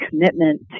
commitment